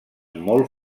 molt